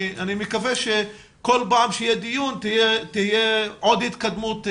אני מקווה שבכל פעם שיהיה דיון תהיה עוד התקדמות.